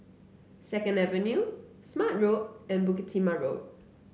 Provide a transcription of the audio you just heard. Second Avenue Smart Road and Bukit Timah Road